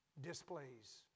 displays